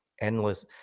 endless